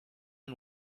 and